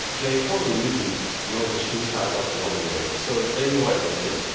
they probably even know the shoe size of the operator. so they know everything.